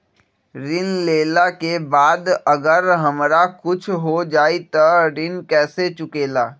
ऋण लेला के बाद अगर हमरा कुछ हो जाइ त ऋण कैसे चुकेला?